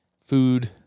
food